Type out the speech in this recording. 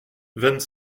vingt